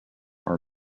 are